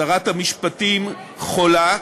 שרת המשפטים חולה.